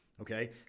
okay